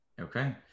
okay